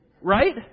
Right